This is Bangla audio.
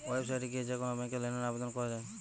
ওয়েবসাইট এ গিয়ে যে কোন ব্যাংকে লোনের আবেদন করা যায়